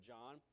John